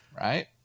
right